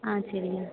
ஆ சரிங்க